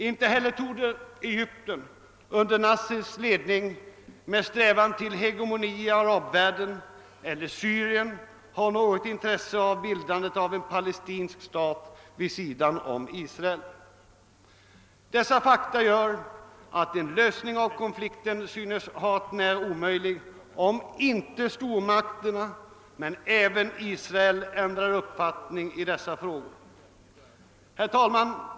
Inte heller torde Egypten under Nassers ledning, med strävan till hegemoni i arabvärlden, eller Syrien ha något intresse av bildandet av en palestinsk stat vid sidan om Israel. Dessa fakta gör att en lösning av konflikten synes hart när omöjlig om inte Israel och även stormakterna ändrar uppfattning i dessa frågor. Herr talman!